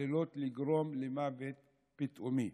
עלולות לגרום למוות פתאומי.